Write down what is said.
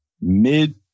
mid